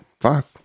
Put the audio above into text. Fuck